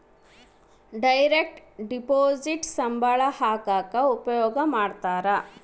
direct deposit ಸಂಬಳ ಹಾಕಕ ಉಪಯೋಗ ಮಾಡ್ತಾರ